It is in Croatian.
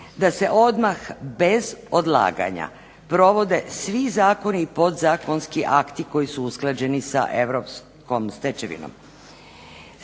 da se odmah bez odlaganja provode svi zakoni i podzakonski akti koji su usklađeni sa europskom stečevinom.